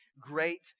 great